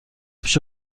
پیش